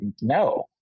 no